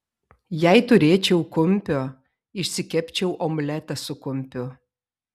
jei turėčiau kumpio išsikepčiau omletą su kumpiu